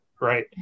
right